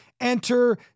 enter